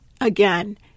Again